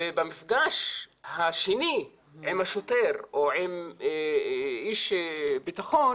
במפגש השני עם השוטר או עם איש ביטחון